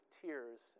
tears